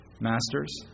Masters